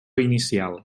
inicial